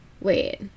wait